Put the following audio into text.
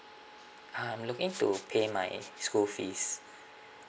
I'm looking to pay my school fees